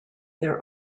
their